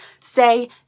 say